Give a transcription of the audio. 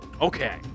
Okay